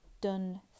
done